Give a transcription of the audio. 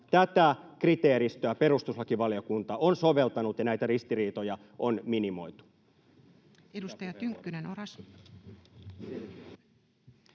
Tätä kriteeristöä perustuslakivaliokunta on soveltanut, ja näitä ristiriitoja on minimoitu. Edustaja Tynkkynen, Oras.